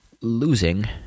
losing